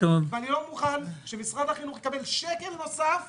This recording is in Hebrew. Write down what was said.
ואני לא מוכן שמשרד החינוך יקבל שקל נוסף